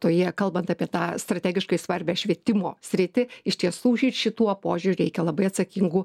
toje kalbant apie tą strategiškai svarbią švietimo sritį iš tiesų ir šituo požiūriu reikia labai atsakingų